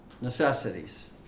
necessities